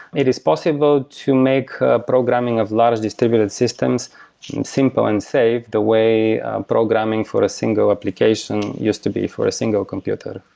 it is possible to make ah programming of large distributed systems simple and save the way programming for a single application used to be for a single computer.